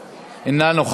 1, אין נמנעים.